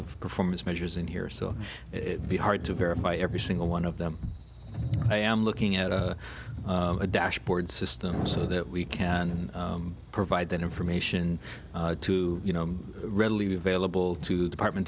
of performance measures in here so it would be hard to verify every single one of them i am looking at a dashboard system so that we can provide that information to you know readily available to department